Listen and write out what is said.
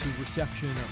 Reception